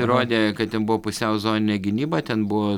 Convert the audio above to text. įrodė kad ten buvo pusiau zoninė gynyba ten buvo